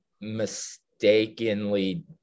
mistakenly